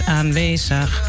aanwezig